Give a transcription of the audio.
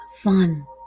fun